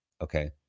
Okay